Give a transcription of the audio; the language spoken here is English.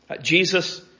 Jesus